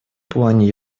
плане